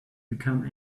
become